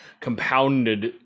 compounded